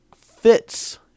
fits